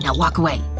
yeah walk away.